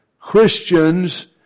Christians